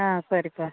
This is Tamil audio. ஆ சரிப்பா